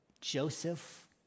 Joseph